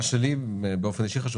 מה שלי באופן אישי חשוב,